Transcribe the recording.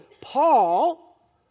Paul